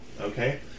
Okay